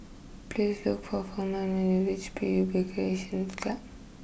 please look for Furman when you reach P U B Recreation Club